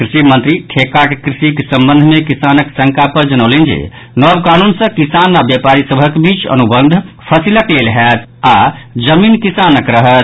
कृषि मंत्री ठेकाक कृषिक संबंध मे किसानक शंका पर जनौलनि जे नव कानून सँ किसान आ व्यापारी सभक बीच अनुबंध फसिलक लेल होयत आओर जमीन किसानक रहत